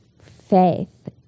Faith